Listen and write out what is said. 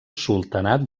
sultanat